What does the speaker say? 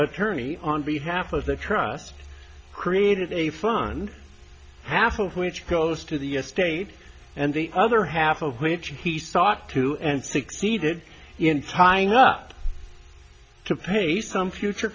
attorney on behalf of the trust created a fund half of which goes to the state and the other half of which he sought to and succeeded in tying up to pay some future